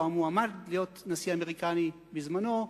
או המועמד להיות נשיא אמריקני בזמנו,